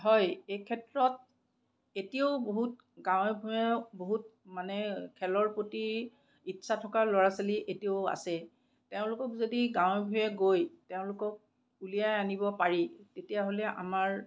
হয় এইক্ষেত্ৰত এতিয়াও বহুত গাঁৱে ভূঞে বহুত মানে খেলৰ প্ৰতি ইচ্ছা থকা ল'ৰা ছোৱালী এতিয়াও আছে তেওঁলোকক যদি গাঁৱে ভূঞে গৈ তেওঁলোকক উলিয়াই আনিব পাৰি তেতিয়াহ'লে আমাৰ